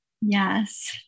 Yes